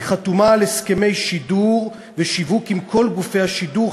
היא חתומה על הסכמי שידור ושיווק עם כל גופי השידור,